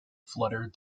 fluttered